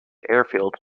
airfield